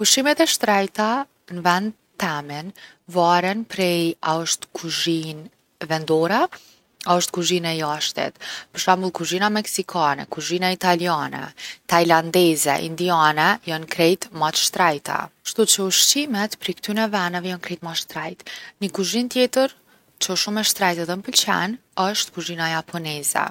Ushqimet e shtrejta n’ven temin varen prej a osht kuzhinë vendore a osht kuzhinë e jashtit. Për shembull kuzhina meksikane, kuzhina italiane, tajlandeze, indiane jon krejt ma t’shtrejta. Kshtuqe ushqimet prej ktyne veneve jon krejt ma shtrejt. Ni kuzhinë tjetër që osht shumë e shtrejt edhe m’pëlqen osht kuzhina japoneze.